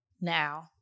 now